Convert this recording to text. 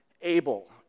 Abel